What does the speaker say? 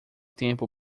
tempo